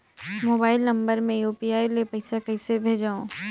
Mobile number मे UPI ले पइसा कइसे भेजवं?